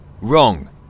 wrong